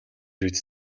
биз